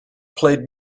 played